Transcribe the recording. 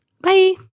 Bye